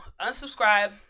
unsubscribe